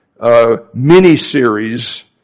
mini-series